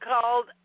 called